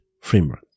framework